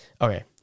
Okay